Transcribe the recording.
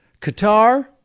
Qatar